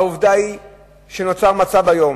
העובדה היא שנוצר מצב היום,